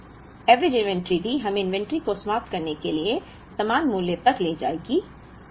इसलिए औसत इन्वेंट्री भी हमें इन्वेंट्री को समाप्त करने के लिए समान मूल्य तक ले जाएगी